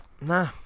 nah